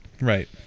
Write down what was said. right